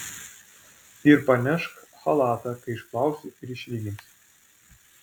ir parnešk chalatą kai išplausi ir išlyginsi